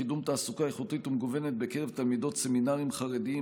קידום תעסוקה איכותית ומגוונת בקרב תלמידות סמינרים חרדיים,